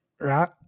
right